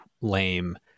lame